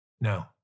No